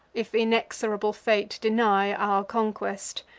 if inexorable fate deny our conquest,